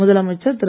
முதலமைச்சர் திரு